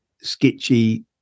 sketchy